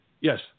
Yes